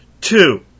Two